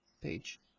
page